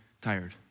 tired